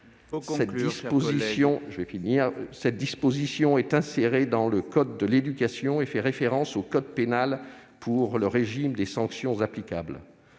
Cette disposition est insérée dans le code de l'éducation et fait référence au code pénal pour le régime des sanctions applicables.